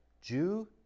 Jew